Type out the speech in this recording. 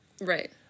Right